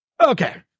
Okay